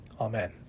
Amen